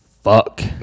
fuck